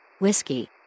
Whiskey